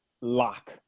lock